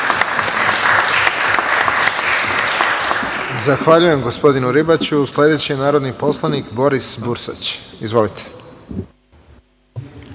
Zahvaljujem, gospodinu Ribaću. Reč ima narodni poslanik Boris Bursać. Izvolite.